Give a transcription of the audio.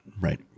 right